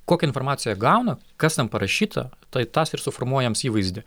kokią informaciją gauna kas ten parašyta tai tas ir suformuoja jiems įvaizdį